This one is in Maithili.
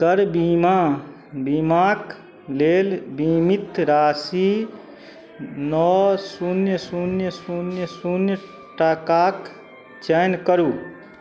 कर बीमा बीमाके लेल बीमित राशि नओ शून्य शून्य शून्य शून्य टाकाके चयन करू